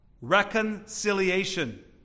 reconciliation